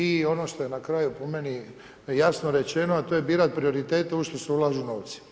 I ono što je na kraju, po meni jasno rečeno, a to je birati prioritete u ovo što se ulažu novci.